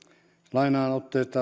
lainaan